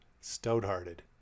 stout-hearted